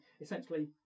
essentially